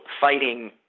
fighting